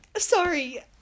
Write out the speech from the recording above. Sorry